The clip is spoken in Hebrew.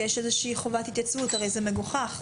הרי זה מגוחך.